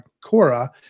Cora